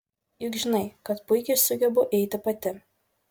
juk žinai kad puikiai sugebu eiti pati